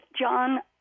John